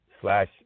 slash